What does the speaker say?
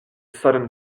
sudden